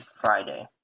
Friday